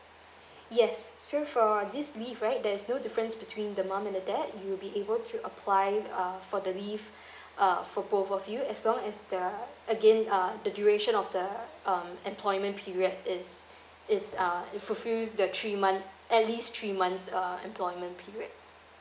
yes so for this leave right there is no difference between the mom and the dad you'll be able to apply uh for the leave uh for both of you as long as the again uh the duration of the um employment period is is uh fulfills the three months at least three months uh employment period